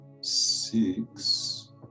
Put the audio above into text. Six